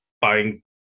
buying